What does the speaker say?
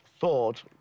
thought